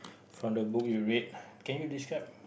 from the book you read can you describe